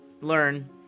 learn